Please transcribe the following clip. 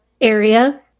area